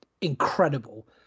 incredible